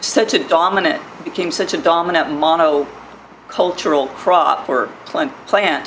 such a dominant became such a dominant mano cultural crop or plant plant